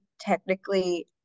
technically